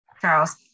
Charles